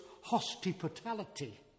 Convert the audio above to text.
hospitality